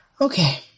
Okay